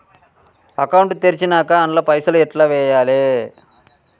Account తెరిచినాక అండ్ల పైసల్ ఎట్ల వేయాలే?